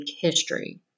history